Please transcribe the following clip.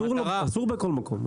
אסור בכל מקום.